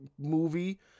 movie